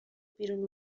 بیرون